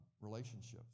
relationships